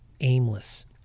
aimless